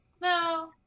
No